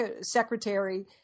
Secretary